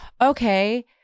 Okay